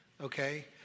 okay